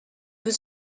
was